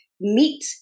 meet